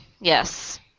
yes